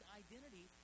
identity